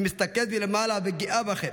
היא מסתכלת מלמעלה וגאה בכם,